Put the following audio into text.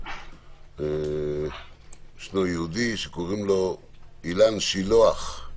יש יהודי בשם אילן שילוח,